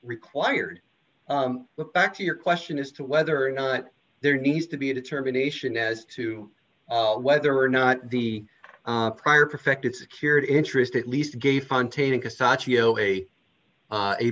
required but back to your question as to whether or not there needs to be a determination as to whether or not the prior perfected secured interest at least